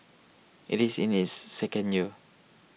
it is in its second year